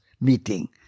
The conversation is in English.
meeting